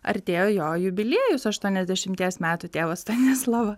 artėjo jo jubiliejus aštuoniasdešimties metų tėvo stanislovo